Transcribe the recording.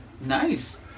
Nice